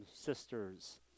sisters